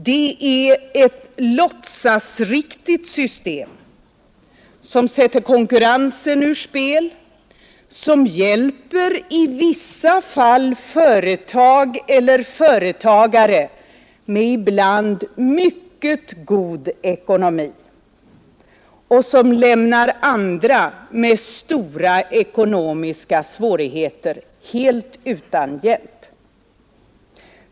Det är ett låtsasriktigt system, som sätter konkurrensen ur spel, som i vissa fall hjälper företag eller företagare med mycket god ekonomi och som lämnar andra med stora ekonomiska svårigheter helt utan hjälp.